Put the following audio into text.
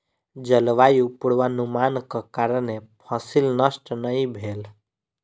जलवायु पूर्वानुमानक कारणेँ फसिल नष्ट नै भेल